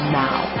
now